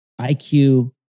IQ